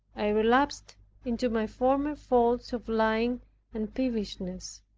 i relapsed into my former faults of lying and peevishness.